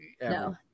no